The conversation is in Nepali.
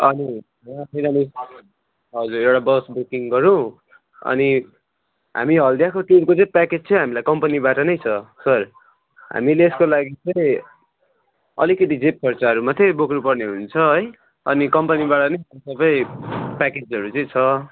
अनि हजुर एउटा बस बुकिङ गरौँ अनि हामी हल्दियाको टिमको चाहिँ प्याकेज चाहिँ हामीलाई कम्पनीबाट नै छ सर हामीले यसको लागि चाहिँ अलिकति जेब खर्चहरू मात्रै बोक्नु पर्ने हुन्छ है अनि कम्पनीबाट नै सबै प्याकेजहरू चाहिँ छ